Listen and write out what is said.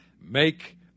Make